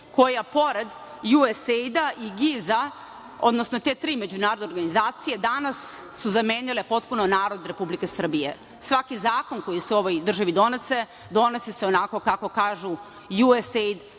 koja pored USAID i GIZ-a, odnosno te tri međunarodne organizacije danas su zamenile potpuno narod Republike Srbije. Svaki zakon koji se u ovoj državi donose, donese se onako kako kažu USAID,